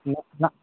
نہ ناں